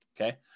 okay